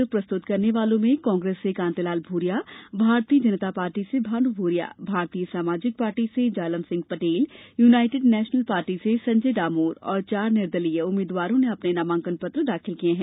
नामाकंन पत्र प्रस्तुत करने वालों में कांग्रेस से कांतिलाल भूरिया भारतीय जनता पार्टी से भानु भूरिया भारतीय सामाजिक पार्टी से Jalam Singh Patel United National Party से संजय डामोर और चार निर्दलीय उम्मीदवारों ने अपने नामांकन पत्र दाखिल किये है